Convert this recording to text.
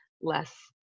less